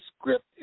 script